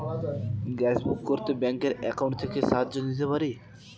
Gas book করতে ব্যাংকের account থেকে সাহায্য নিতে পারি?